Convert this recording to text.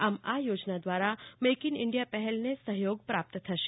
આમ આ યોજના દવારા મેઈક ઈન ઈન્ડિયા પહેલને સહયોગ પ્રાપ્ત થશે